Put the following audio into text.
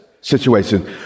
situation